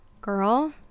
Girl